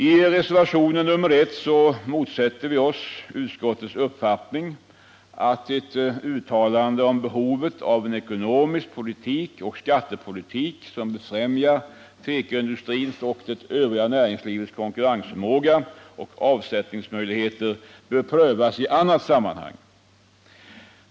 I reservationen 1 motsätter vi oss utskottsmajoritetens uppfattning att ett uttalande av uppfattningen om behovet av en ekonomisk politik och en skattepolitik som befrämjar tekoindustrins och det övriga näringslivets konkurrensförmåga och avsättningsmöjligheter bör prövas i annat sammanhang.